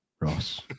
Ross